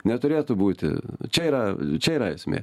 neturėtų būti čia yra čia yra esmė